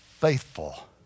faithful